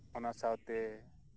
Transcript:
ᱚᱱᱟ ᱥᱟᱶᱛᱮ